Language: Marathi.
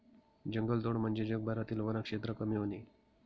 जंगलतोड म्हणजे जगभरातील वनक्षेत्र कमी होणे